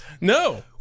No